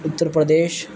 Uttar Pradesh